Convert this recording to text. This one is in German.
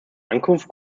ankunft